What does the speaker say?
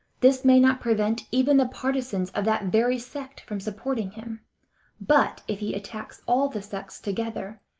this may not prevent even the partisans of that very sect from supporting him but if he attacks all the sects together,